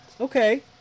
okay